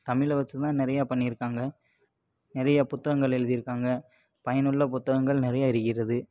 தமிழை வச்சுதான் நிறைய பண்ணியிருக்காங்க நிறைய புத்தகங்கள் எழுதியிருக்காங்க பயனுள்ள புத்தகங்கள் நிறைய இருக்கிறது